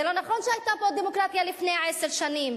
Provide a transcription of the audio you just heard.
זה לא נכון שהיתה פה דמוקרטיה לפני עשר שנים,